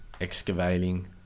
excavating